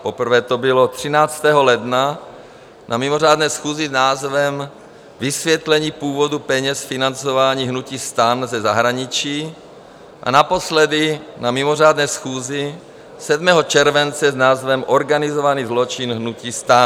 Poprvé to bylo 13. ledna na mimořádné schůzi s názvem Vysvětlení původu peněz financování hnutí STAN ze zahraničí a naposledy na mimořádné schůzi 7. července s názvem Organizovaný zločin hnutí STAN.